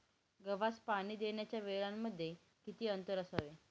गव्हास पाणी देण्याच्या वेळांमध्ये किती अंतर असावे?